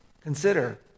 Consider